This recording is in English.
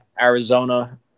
Arizona